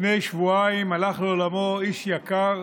לפני שבועיים הלך לעולמו איש יקר